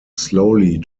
slowly